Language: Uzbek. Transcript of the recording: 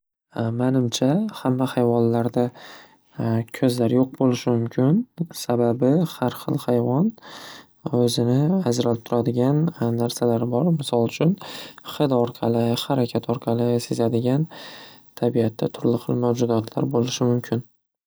Manimcha hamma hayvonlarda ko‘zlar yo‘q bo‘lishi mumkin. Sababi xar xil hayvon o‘zini ajralib turadigan narsalari bor. Misol uchun xidi orqali harakat orqali sezadigan tabiatda turli xil mavjudotlar bo‘lishi mumkin.